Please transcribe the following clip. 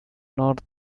north